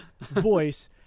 voice